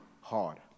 hard